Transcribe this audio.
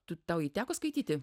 tau jį teko skaityti